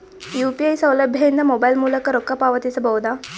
UPI ಸೌಲಭ್ಯ ಇಂದ mobile ಮೂಲಕ ರೊಕ್ಕ ಪಾವತಿಸ ಬಹುದಾ?